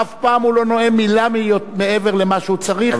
אף פעם הוא לא נואם מלה מעבר למה שהוא צריך,